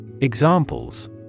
Examples